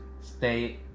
stay